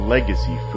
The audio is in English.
Legacy